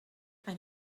and